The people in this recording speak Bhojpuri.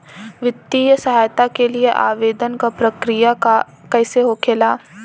वित्तीय सहायता के लिए आवेदन क प्रक्रिया कैसे होखेला?